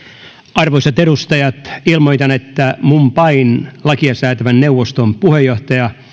arvoisat edustajat ilmoitan että mumbain lakiasäätävän neuvoston puheenjohtaja